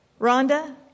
Rhonda